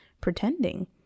pretending